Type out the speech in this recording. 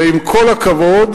ועם כל הכבוד,